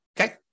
okay